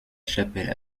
chapelle